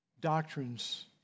doctrines